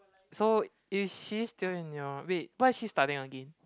so is she still in your wait what is she studying again